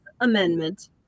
Amendment